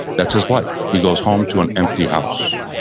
that's his life. he goes home to an empty house.